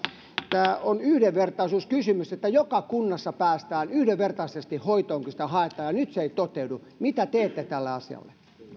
tämä on yhdenvertaisuuskysymys että joka kunnassa päästään yhdenvertaisesti hoitoon kun sitä haetaan ja nyt se ei toteudu mitä teette tälle asialle